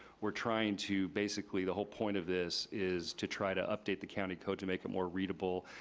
we're trying to basically, the whole point of this is to try to update the county code to make it more readable,